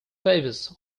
favours